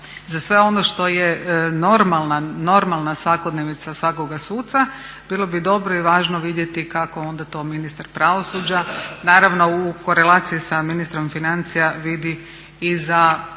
za sve ono što je normalna svakodnevica svakoga suca. Bilo bi dobro i važno vidjeti kako onda to ministar pravosuđa, naravno u korelaciji sa ministrom financija vidi i za